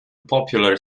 popular